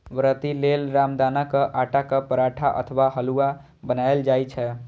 व्रती लेल रामदानाक आटाक पराठा अथवा हलुआ बनाएल जाइ छै